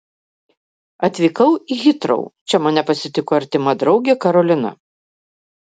atvykau į hitrou čia mane pasitiko artima draugė karolina